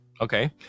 Okay